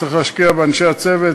צריך להשקיע באנשי הצוות.